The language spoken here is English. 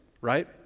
right